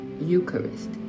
Eucharist